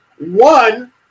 One